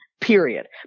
period